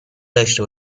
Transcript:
داشته